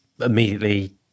immediately